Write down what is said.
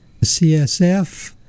CSF